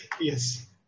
Yes